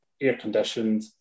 air-conditioned